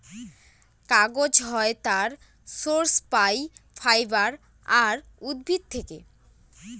কাগজ হয় তার সোর্স পাই ফাইবার আর উদ্ভিদ থেকে